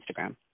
Instagram